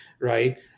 right